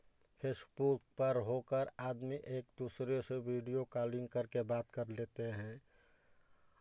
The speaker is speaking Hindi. फ़ेसबुक पर हो कर आदमी एक दूसरे से वीडियो कॉलिंग करके बात कर लेते हैं